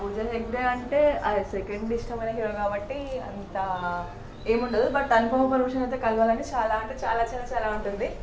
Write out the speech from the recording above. పూజా హెగ్డే అంటే సెకండ్ ఇష్టమైన హీరో కాబట్టి అంత ఏం ఉండదు బట్ అనుపమ పరమేశ్వరన్ అయితే కలవాలని అయితే చాలా అంటే చాలా చాలా ఉంటుంది